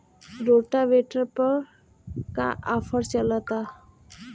Rotavator पर का offer चलता?